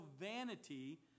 vanity